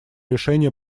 решения